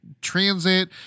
transit